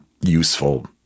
useful